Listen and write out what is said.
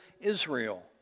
Israel